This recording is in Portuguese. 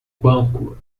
banco